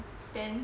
then